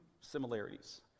similarities